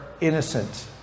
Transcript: innocent